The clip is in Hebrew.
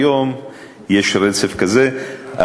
היום יש רצף כזה,